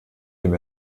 dem